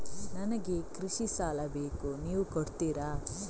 ನನಗೆ ಕೃಷಿ ಸಾಲ ಬೇಕು ನೀವು ಕೊಡ್ತೀರಾ?